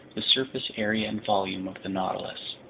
the surface area and volume of the nautilus.